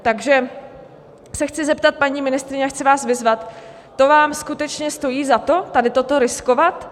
Takže se chci zeptat, paní ministryně, a chci vás vyzvat: To vám skutečně stojí za to, tady toto riskovat?